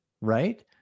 Right